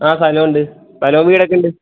ആ സ്ഥലം ഉണ്ട് സ്ഥലവും വീടൊക്കെ ഉണ്ട്